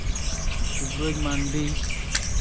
ᱫᱩᱵᱨᱟᱹᱡ ᱢᱟᱱᱰᱤ